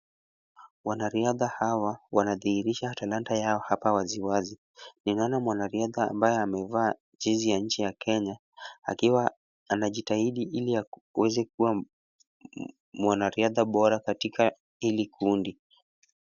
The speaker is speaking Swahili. Wanariadha hawa wanadhihirisha talanta yao hapa waziwazi ,ninaona mwanariadha ambaye amevaa jezi ya nchi ya Kenya akiwa anajitahidi ili aweze kuwa mwanariadha bora katika hili kundi.